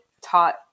taught